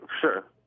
sure